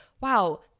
wow